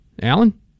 Alan